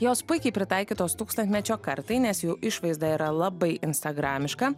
jos puikiai pritaikytos tūkstantmečio kartai nes jų išvaizda yra labai instagramiška